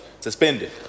suspended